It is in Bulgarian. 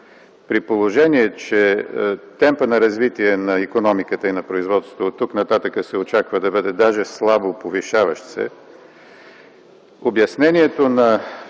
При положение че темпът на развитие на икономиката и на производството оттук-нататък се очаква да бъде даже слабо повишаващ се, обяснението на